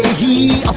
he